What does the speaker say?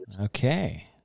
okay